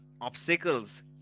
obstacles